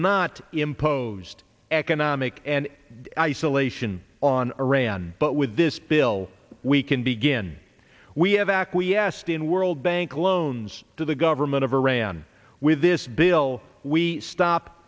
not imposed economic and isolation on iran but with this bill we can begin we have acquiesced in world bank loans to the government of iran with this bill we stop